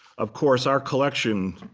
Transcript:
of course, our collection,